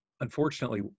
unfortunately